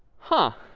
huh.